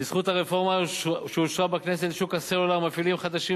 בזכות הרפורמה שאושרה נכנסו לשוק הסלולר מפעילים חדשים,